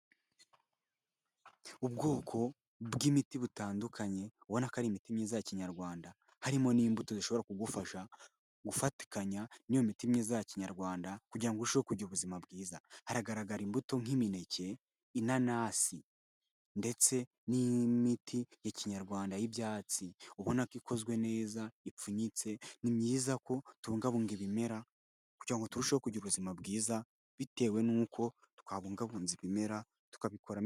Ubwoko bw'imiti butandukanye ubona ko ari imiti myiza ya kinyarwanda. Harimo n'imbuto zishobora kugufasha gufatikanya n'iyo miti myiza ya kinyarwanda, kugira urusheho kugira ubuzima bwiza. Haragaragara imbuto nk'imineke, inanasi ndetse n'imiti ya kinyarwanda y'ibyatsi. Ubona ko ikozwe neza ipfunyitse, ni myiza ko tubungabunga ibimera, kugira ngo turusheho kugira ubuzima bwiza, bitewe n'uko twabungabunze ibimera, tukabikoramo ...